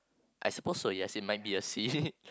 I suppose so yes it might be a seat